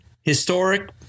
Historic